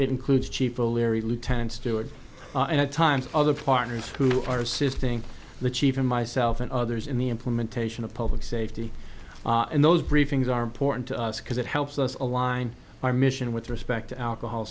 includes chief o'leary lieutenant steward at times other partners who are assisting the chief and myself and others in the implementation of public safety and those briefings are important to us because it helps us align our mission with respect to alcohol